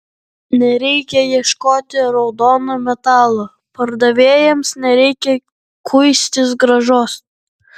nereikia ieškoti raudono metalo pardavėjams nereikia kuistis grąžos